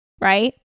right